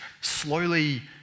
slowly